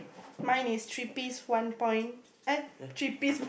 mine is three piece one point eh three piece